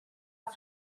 are